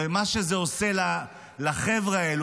ומה שזה עושה לחברה האלה,